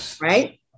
right